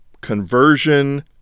conversion